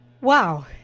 wow